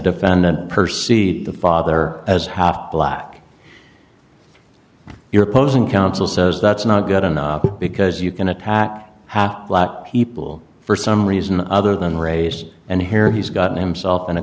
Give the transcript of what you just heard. defendant proceed the father as half black your opposing counsel says that's not good enough because you can attack half black people for some reason other than race and here he's gotten himself in a